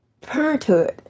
parenthood